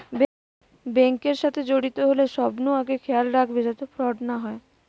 bank এর সাথে জড়িত হলে সবনু আগে খেয়াল রাখবে যাতে ফ্রড না হয়